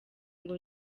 ngo